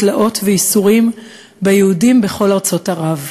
תלאות וייסורים ליהודים בכל ארצות ערב.